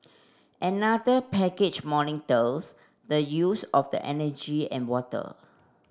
another package monitors the use of the energy and water